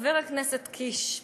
חבר הכנסת קיש,